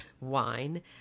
wine